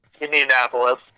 Indianapolis